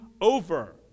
over